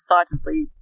excitedly